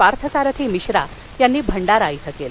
पार्थसारथी मिश्रा यांनी भंडारा इथं कल्ल